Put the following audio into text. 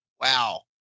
Wow